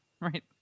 Right